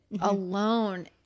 alone